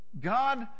God